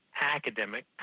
academic